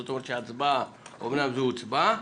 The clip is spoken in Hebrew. זאת אומרת שההצבעה אומנם זו הצבעה